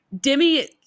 Demi